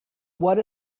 what